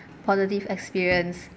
positive experience